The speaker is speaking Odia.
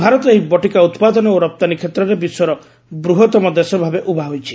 ଭାରତ ଏହି ବଟିକା ଉତ୍ପାଦନ ଓ ରପ୍ତାନୀ କ୍ଷେତ୍ରରେ ବିଶ୍ୱର ବୃହତମ ଦେଶ ଭାବେ ଉଭା ହୋଇଛି